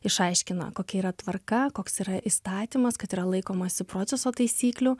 išaiškina kokia yra tvarka koks yra įstatymas kad yra laikomasi proceso taisyklių